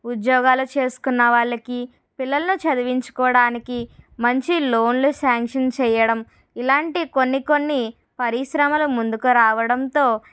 ఉద్యోగాలు చేసుకున్న వాళ్ళకి పిల్లలని చదివించుకోవడానికి మంచి లోన్లు సాంక్షన్ చేయడం ఇలాంటివి కొన్ని కొన్ని పరిశ్రమలు ముందుకు రావడంతో